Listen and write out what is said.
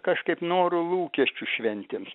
kažkaip norų lūkesčių šventėms